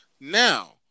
now